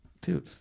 Dude